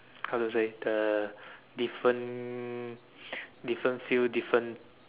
how to say the different different field different